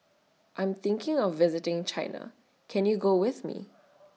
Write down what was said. I'm thinking of visiting China Can YOU Go with Me